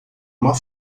uma